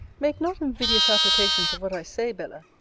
make not invidious applications of what i say, bella.